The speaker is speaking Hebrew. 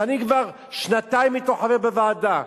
שאני כבר שנתיים חבר אתו בוועדה.